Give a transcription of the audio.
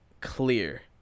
clear